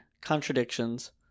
Contradictions